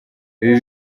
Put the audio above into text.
ibi